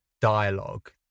dialogue